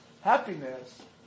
Happiness